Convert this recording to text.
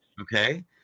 Okay